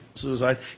suicide